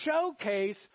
showcase